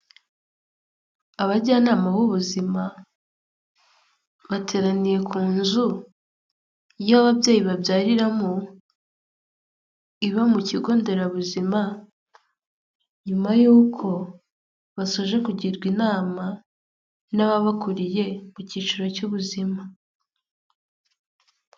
Abajyanama b'ubuzima bateraniye ku nzu y'ababyeyi babyariramo iba mu kigo nderabuzima nyuma y'uko basoje kugirwa inama n'ababakuriye ku cyiciro cy'ubuzima.